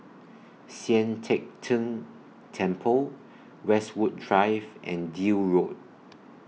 Sian Teck Tng Temple Westwood Drive and Deal Road